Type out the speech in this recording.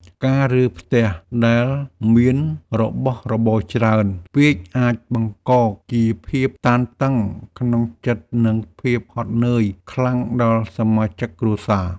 ការរើផ្ទះដែលមានរបស់របរច្រើនពេកអាចបង្កជាភាពតានតឹងក្នុងចិត្តនិងភាពហត់នឿយខ្លាំងដល់សមាជិកគ្រួសារ។